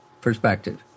perspective